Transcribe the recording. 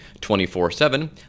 24-7